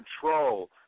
control